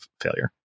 failure